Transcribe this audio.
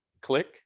click